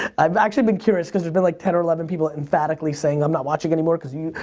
i've actually been curious cause there's been like ten or eleven people emphatically saying i'm not watching anymore cause you,